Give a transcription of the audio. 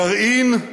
גרעין,